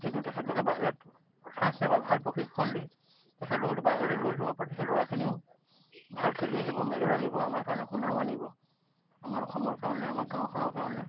কিন্তু তেখেতলোকে বাহিৰত চান্স নাপায় ভাল প্ৰশিক্ষণ দি তেখেতলোকে বাহিৰলৈ লৈ যাব পাৰি সেই ল'ৰাখিনিও ভাল খেলি আহিব মেডেল আনিব আমাৰ কাৰণে সুনাম আনিব আমাৰ অসমৰ কাৰণে আমাৰ গাঁওখনৰ কাৰণে